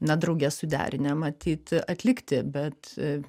na drauge suderinę matyt atlikti bet